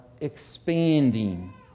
expanding